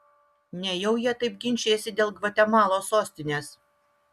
nejau jie taip ginčijasi dėl gvatemalos sostinės